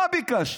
מה ביקשנו?